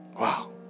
wow